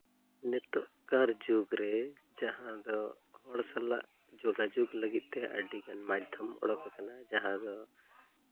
ᱱᱤᱛᱚᱜ ᱠᱟᱨ ᱡᱩᱜᱽ ᱨᱮ ᱡᱟᱦᱟᱸ ᱫᱚ ᱦᱚᱲ ᱥᱟᱞᱟᱜ ᱡᱳᱜᱟᱡᱳᱜ ᱞᱟᱹᱜᱤᱫᱼᱛᱮ ᱟᱹᱰᱤᱜᱟᱱ ᱢᱟᱫᱽᱫᱷᱚᱢ ᱩᱰᱩᱜ ᱟᱠᱟᱱᱟ ᱡᱟᱦᱟᱸ ᱫᱚ